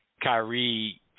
Kyrie